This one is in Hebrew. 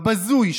הבזוי,